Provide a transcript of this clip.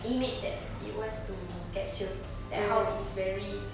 image that it wants to capture like how it's very